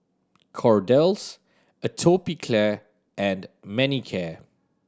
Kordel's Atopiclair and Manicare